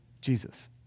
Jesus